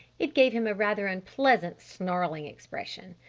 it gave him a rather unpleasant snarling expression.